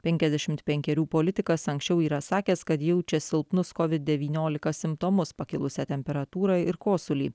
penkiasdešimt penkerių politikas anksčiau yra sakęs kad jaučia silpnus covid devyniolika simptomus pakilusią temperatūrą ir kosulį